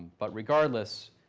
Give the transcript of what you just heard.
but regardless,